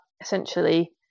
essentially